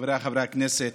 חבריי חברי הכנסת,